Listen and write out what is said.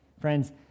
Friends